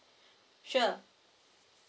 sure